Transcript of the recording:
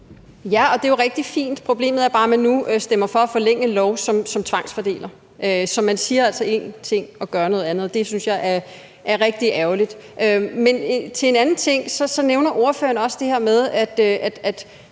Ja, og det er jo rigtig fint. Problemet er bare, at man nu stemmer for at forlænge en lov, som tvangsfordeler. Så man siger altså én ting og gør noget andet, og det synes jeg er rigtig ærgerligt. Man så til en anden ting: Ordføreren nævner også det her med, at